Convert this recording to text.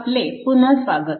आपले पुन्हा स्वागत